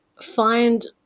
find